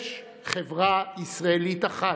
יש חברה ישראלית אחת,